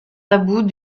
tabous